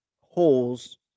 holes